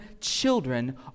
children